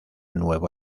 nuevo